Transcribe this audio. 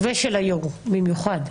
ושל היושב-ראש במיוחד.